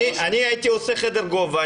אני הייתי עושה חדר גובה,